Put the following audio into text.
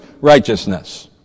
righteousness